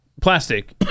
plastic